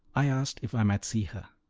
i asked if i might see her.